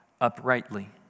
uprightly